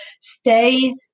stay